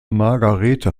margarete